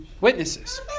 witnesses